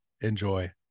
enjoy